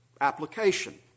application